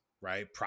right